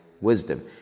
wisdom